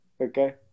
Okay